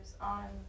on